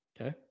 Okay